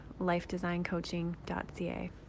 lifedesigncoaching.ca